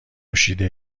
نوشیده